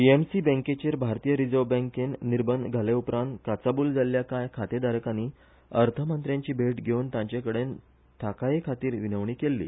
पीएमसी बॅकेचेर भारतीय रीझर्व बँकेन निर्बंध घाले उपरांत काचाबुल जाल्लया काय खाते धारकांनी अर्थमंत्र्याची भेट घेवन तांचेकडेन थाकायेखातीर विनवणी केल्ली